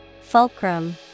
Fulcrum